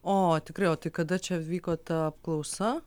o tikrai o tai kada čia vyko ta apklausa